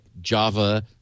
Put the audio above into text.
Java